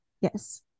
Yes